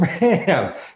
Man